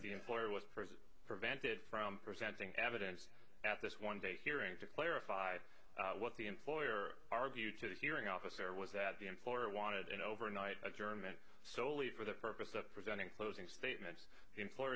the employer was present prevented from presenting evidence at this one day hearing to clarify what the employer argued to the hearing officer was that the employer wanted an overnight adjournment solely for the purpose of presenting closing statements the employer